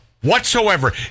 whatsoever